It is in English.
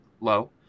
low